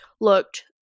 looked